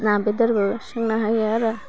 ना बेदरबो संनो हायो आरो